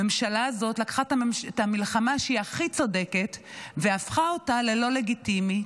הממשלה הזאת לקחה את המלחמה שהיא הכי צודקת והפכה אותה ללא לגיטימית,